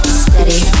steady